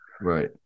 Right